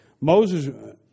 Moses